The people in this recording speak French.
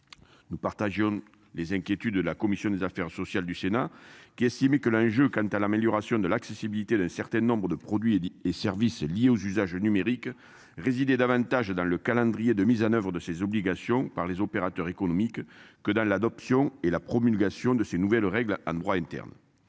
Nous partageons les inquiétudes de la commission des affaires sociales du Sénat, qui a estimé que l'enjeu quant à l'amélioration de l'accessibilité d'un certain nombres de produits et services liés aux usages numériques résider davantage dans le calendrier de mise en oeuvre de ces obligations par les opérateurs économiques que dalle, l'adoption et la promulgation de ces nouvelles règles Anne droit interne